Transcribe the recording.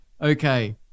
Okay